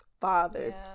fathers